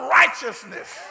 righteousness